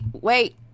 wait